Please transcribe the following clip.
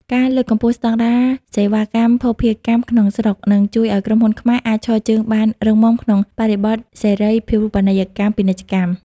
ការលើកកម្ពស់ស្ដង់ដារសេវាកម្មភស្តុភារកម្មក្នុងស្រុក នឹងជួយឱ្យក្រុមហ៊ុនខ្មែរអាចឈរជើងបានរឹងមាំក្នុងបរិបទសេរីភាវូបនីយកម្មពាណិជ្ជកម្ម។